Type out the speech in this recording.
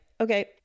Okay